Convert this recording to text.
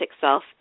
self